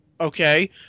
okay